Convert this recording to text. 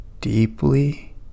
deeply